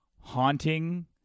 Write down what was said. haunting